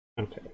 okay